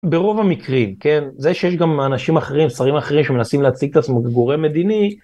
ברוב המקרים כן זה שיש גם אנשים אחרים שרים אחרים שמנסים להציג את עצמו גורם מדיני.